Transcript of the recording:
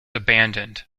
abandoned